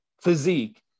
physique